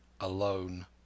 alone